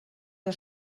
der